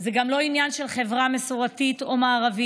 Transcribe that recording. זה גם לא עניין של חברה מסורתית או מערבית,